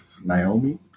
Naomi